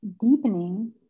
deepening